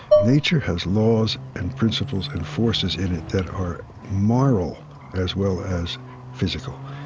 nature has laws and principles and forces in it that are moral as well as physical.